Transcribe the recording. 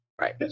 Right